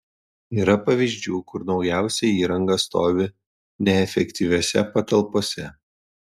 yra pavyzdžių kur naujausia įranga stovi neefektyviose patalpose